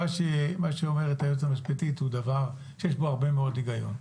מה שאומרת היועצת המשפטית הוא דבר שיש בו הרבה מאוד היגיון,